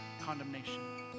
condemnation